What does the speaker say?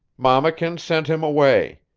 mammakin sent him away.